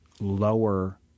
lower